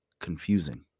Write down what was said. confusing